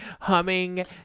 humming